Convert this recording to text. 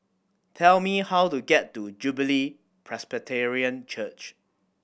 tell me how to get to Jubilee Presbyterian Church